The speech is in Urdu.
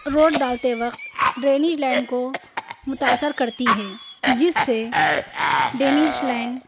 روڈ ڈالتے وقت ڈرینیز لائن کو متاثر کرتی ہے جس سے ڈرینیز لائن